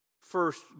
first